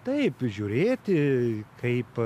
taip žiūrėti kaip